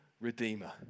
redeemer